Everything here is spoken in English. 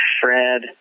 Fred